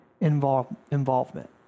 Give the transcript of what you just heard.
involvement